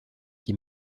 qui